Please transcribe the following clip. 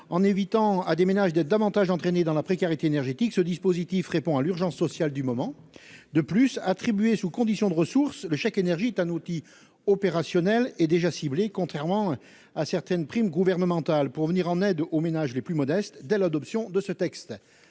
En évitant à des ménages d'être encore davantage entraînés dans la précarité énergétique, ce dispositif répond à l'urgence sociale du moment. De plus, attribué sous condition de ressources, le chèque énergie est un outil opérationnel et déjà ciblé, contrairement à certaines primes gouvernementales, pour venir en aide aux ménages les plus modestes dès l'adoption de ce texte.